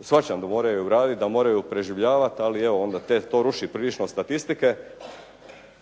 shvaćam da moraju raditi, da moraju preživljavati, ali evo to ruši prilično statistike.